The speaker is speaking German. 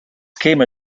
käme